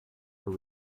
for